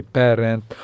parent